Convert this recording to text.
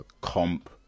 comp